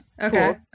Okay